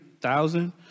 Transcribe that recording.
thousand